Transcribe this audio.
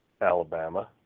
Alabama